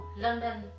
London